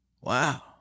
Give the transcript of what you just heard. Wow